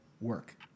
work